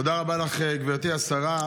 תודה רבה לך, גברתי השרה.